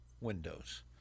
windows